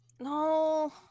No